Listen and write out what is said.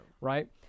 Right